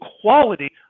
quality